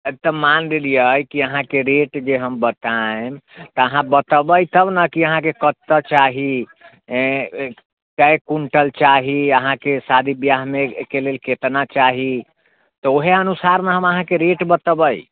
हँ तऽ मानि लेलियै अहाँके रेट जे हम बतायब तऽ अहाँ बतेयबै तब ने कि अहाँके कत्ते चाही कै क्विंटल चाही अहाँके शादी ब्याहमेके लेल कितना चाही तऽ उहे अनुसार ने हम अहाँके रेट बतेबै